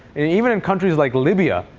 and even in countries like libya,